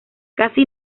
casi